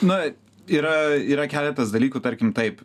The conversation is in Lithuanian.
na yra yra keletas dalykų tarkim taip